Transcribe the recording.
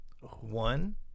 one